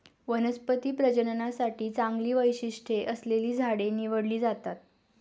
वनस्पती प्रजननासाठी चांगली वैशिष्ट्ये असलेली झाडे निवडली जातात